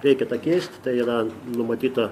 reikia tą keist tai yra numatyta